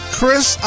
Chris